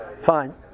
Fine